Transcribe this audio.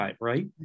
right